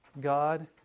God